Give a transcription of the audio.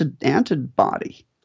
antibody